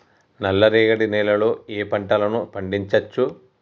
నల్లరేగడి నేల లో ఏ ఏ పంట లు పండించచ్చు?